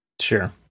sure